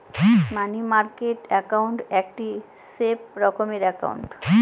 মানি market account একটি safe রকমের account